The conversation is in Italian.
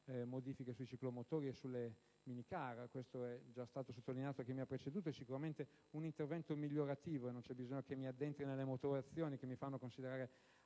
modifiche sui ciclomotori e sulle minicar. Questo è già stato sottolineato da chi mi ha preceduto: si tratta sicuramente di un intervento migliorativo, e non c'è bisogno che mi addentri nelle motivazioni che mi fanno considerare